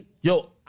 Yo